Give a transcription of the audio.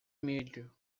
milho